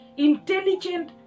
Intelligent